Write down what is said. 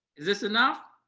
this enough?